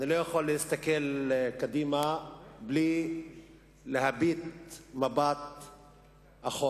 אני לא יכול להסתכל קדימה בלי להביט אחורה.